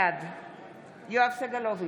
בעד יואב סגלוביץ'